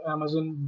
Amazon